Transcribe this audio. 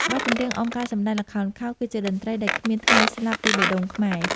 បទចម្រៀងអមការសម្ដែងល្ខោនខោល គឺជាតន្ត្រីដែលគ្មានថ្ងៃស្លាប់ពីបេះដូងខ្មែរ។